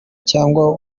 cyangwa